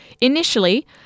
Initially